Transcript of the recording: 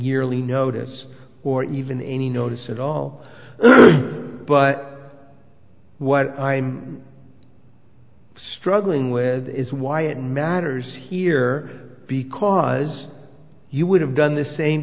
yearly notice or even any notice at all but what i'm struggling with is why it matters here because you would have done the same